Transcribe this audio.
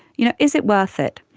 you know, is it worth it?